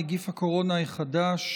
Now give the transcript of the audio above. נגיף הקורונה החדש),